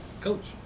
Coach